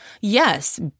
yes